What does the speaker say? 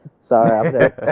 Sorry